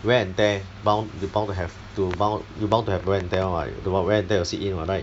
wear and tear bound you bound to have to bound you bound to have wear and tear [one] [what] like the wear and tear will sit in [what] right